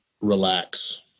relax